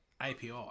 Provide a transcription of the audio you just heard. API